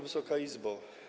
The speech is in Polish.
Wysoka Izbo!